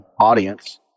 audience